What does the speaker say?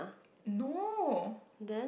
no